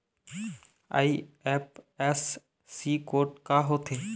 IFSC code का होथे?